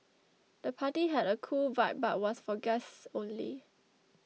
the party had a cool vibe but was for guests only